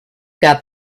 got